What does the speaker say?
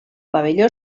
pavelló